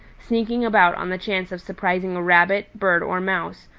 sneaking about on the chance of surprising a rabbit, bird or mouse,